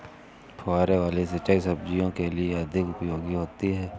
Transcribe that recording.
फुहारे वाली सिंचाई सब्जियों के लिए अधिक उपयोगी होती है?